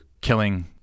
killing